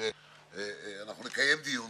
כשהיו ראשי ממשלה אחרים,